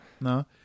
No